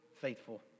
faithful